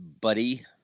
buddy